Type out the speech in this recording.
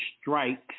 strikes